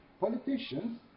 Politicians